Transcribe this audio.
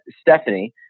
Stephanie